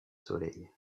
soleil